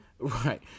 right